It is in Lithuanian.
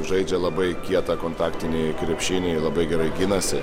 žaidžia labai kietą kontaktinį krepšinį ir labai gerai ginasi